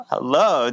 Hello